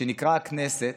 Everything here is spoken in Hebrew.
שנקרא הכנסת,